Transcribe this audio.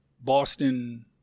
Boston